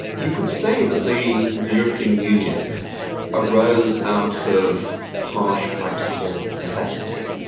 you could say that the the european union arose out of harsh practical necessity.